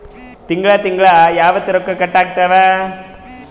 ತಿಂಗಳ ತಿಂಗ್ಳ ಯಾವತ್ತ ರೊಕ್ಕ ಕಟ್ ಆಗ್ತಾವ?